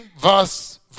verse